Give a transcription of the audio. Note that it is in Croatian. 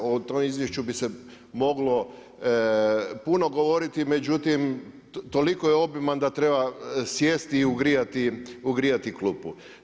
O tom Izvješću bi se moglo puno govoriti međutim, toliko je obiman da treba sjesti i ugrijati klupu.